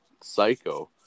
psycho